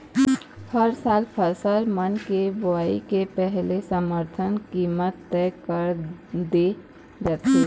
हर साल फसल मन के बोवई के पहिली समरथन कीमत तय कर दे जाथे